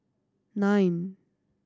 nine